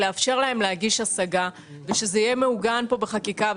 לאפשר להם להגיש השגה ושזה יהיה מעוגן בחקיקה.